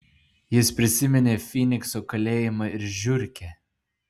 jis prisiminė fynikso kalėjimą ir žiurkę